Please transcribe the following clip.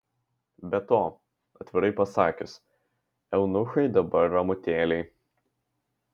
be to atvirai pasakius eunuchai dabar ramutėliai